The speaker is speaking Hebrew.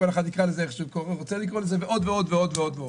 ועוד ועוד ועוד.